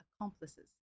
accomplices